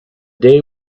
day